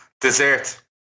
Dessert